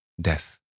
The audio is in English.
Death